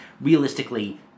realistically